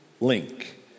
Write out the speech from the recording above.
link